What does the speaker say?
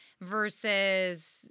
versus